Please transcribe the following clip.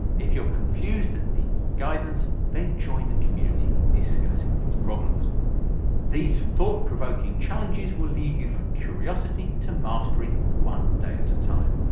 if you're confused and need more guidance then join the community in discussing these problems these thought-provoking challenges will lead you from curiosity to mastery one day at a time.